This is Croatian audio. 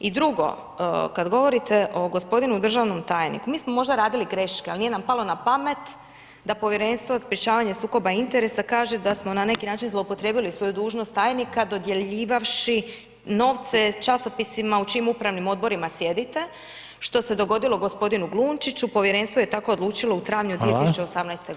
I drugo, kad govorite o g. državnom tajniku, mi smo možda radili greške ali nije nam palo na pamet da Povjerenstvo za sprječavanje sukoba interesa kaže da smo na neki način zloupotrijebili svoju dužnost tajnika dodjeljivavši novce časopisima u čijim upravnim odborima sjedite što se dogodilo g. Glunčiću, Povjerenstvo je tako odlučilo u travnju 2018. g.